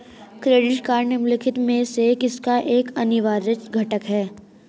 Credit card निम्नलिखित में से किसका एक अनिवार्य घटक है?